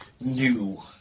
new